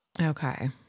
Okay